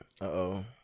Uh-oh